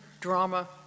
drama